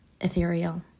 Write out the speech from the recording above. ethereal